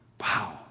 Wow